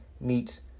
meets